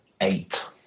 eight